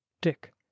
dick